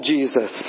Jesus